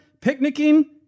picnicking